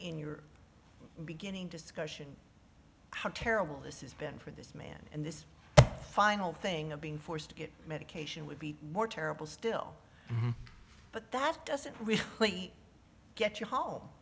in your beginning discussion how terrible this is been for this man and this final thing of being forced to get medication would be more terrible still but that doesn't really get you home